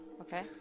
Okay